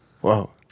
whoa